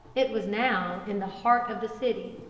it was now in the heart of the city.